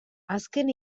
azken